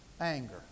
anger